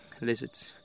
Lizards